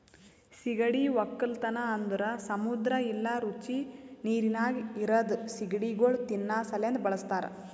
ಸೀಗಡಿ ಒಕ್ಕಲತನ ಅಂದುರ್ ಸಮುದ್ರ ಇಲ್ಲಾ ರುಚಿ ನೀರಿನಾಗ್ ಇರದ್ ಸೀಗಡಿಗೊಳ್ ತಿನ್ನಾ ಸಲೆಂದ್ ಬಳಸ್ತಾರ್